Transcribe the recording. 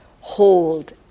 hold